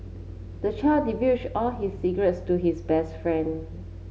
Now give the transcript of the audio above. the child divulged all his secrets to his best friend